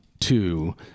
two